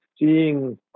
seeing